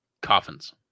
Coffins